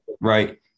Right